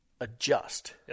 adjust